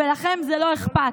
ולכם זה לא אכפת.